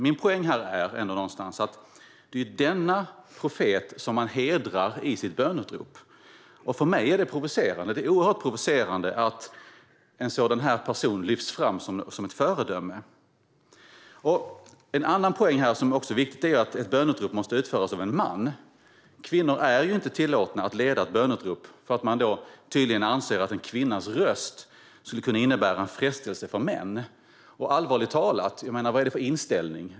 Min poäng här är någonstans att det är denna profet som man hedrar i sitt böneutrop, och för mig är det provocerande. Det är oerhört provocerande att en sådan person lyfts fram som ett föredöme. En annan poäng som är viktig är att ett böneutrop måste utföras av en man. Kvinnor är inte tillåtna att leda ett böneutrop för att man tydligen anser att en kvinnas röst skulle kunna innebära en frestelse för män. Allvarligt talat - vad är det för inställning?